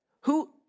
Who